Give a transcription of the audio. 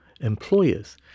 employers